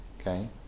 okay